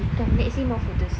okay come let's see more photos